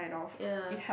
ya